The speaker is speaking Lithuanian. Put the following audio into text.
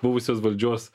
buvusios valdžios